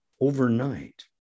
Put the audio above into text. overnight